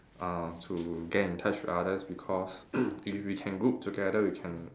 uh to get in touch with others because if we can group together we can